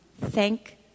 Thank